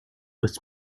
was